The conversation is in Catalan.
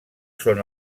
són